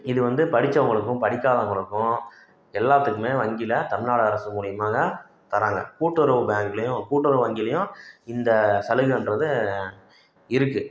இது வந்து படிச்சவங்களுக்கும் படிக்காதவங்களுக்கும் எல்லாத்துக்கும் வங்கியில் தமிழ்நாடு அரசு மூலிமாக தராங்க கூட்டுறவு பேங்க்லேயும் கூட்டுறவு வங்கிலேயும் இந்த சலுகைன்றது இருக்குது